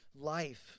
life